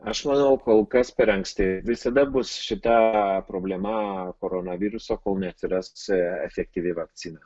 aš manau kol kas per anksti visada bus šita problema koronaviruso kol neatsiras efektyvi vakcina